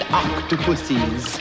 octopuses